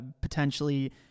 potentially